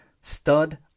stud